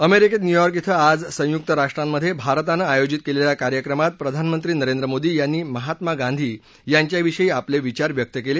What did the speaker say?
अमेरिकेत न्यूयॉर्क इथं आज संयुक राष्ट्रांमध्ये भारतानं आयोजित केलेल्या कार्यक्रमात प्रधानमंत्री नरेंद्र मोदी यांनी महात्मा गांधी यांच्याविषयी आपले विचार व्यक्त केले